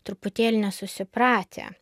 truputėlį nesusipratę